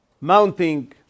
mounting